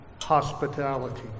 hospitality